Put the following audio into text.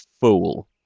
fool